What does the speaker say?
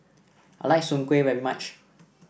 I like Soon Kway very much